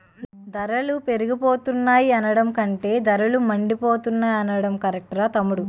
ధరలు పెరిగిపోతున్నాయి అనడం కంటే ధరలు మండిపోతున్నాయ్ అనడం కరెక్టురా తమ్ముడూ